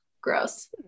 Gross